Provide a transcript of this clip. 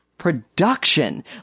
production